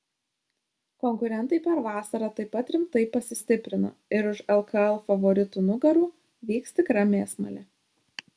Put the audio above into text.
konkurentai per vasarą taip pat rimtai pasistiprino ir už lkl favoritų nugarų vyks tikra mėsmalė